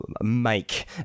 make